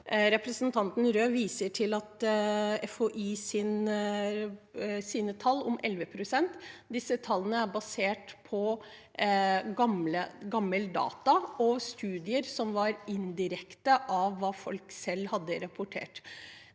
Representanten Røed viser til FHIs tall om 11 pst. Disse tallene er basert på gamle data og studier som indirekte var hva folk selv hadde rapportert.